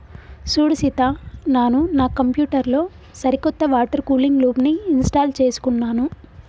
సూడు సీత నాను నా కంప్యూటర్ లో సరికొత్త వాటర్ కూలింగ్ లూప్ని ఇంస్టాల్ చేసుకున్నాను